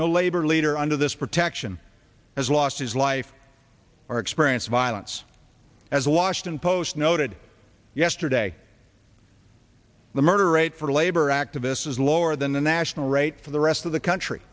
no labor leader under this protection has lost his life or experienced violence as last in post noted yesterday the murder rate for labor activists is lower than the national rate for the rest of the country